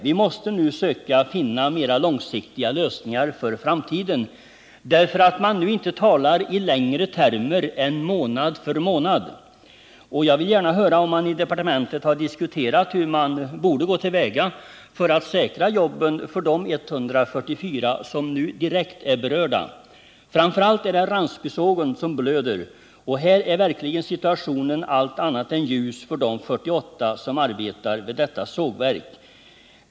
Vi måste försöka finna mera långsiktiga lösningar. Man talar inte om längre perioder än månad för månad, men jag vill gärna höra, om man i departementet har diskuterat hur man bör gå till väga för att säkra jobben för de 144 som nu är direkt berörda. Framför allt är det Ransbysågen som blöder, och där är situationen verkligen allt annat än ljus för de 48 anställda.